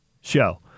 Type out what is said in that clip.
show